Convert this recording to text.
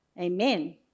Amen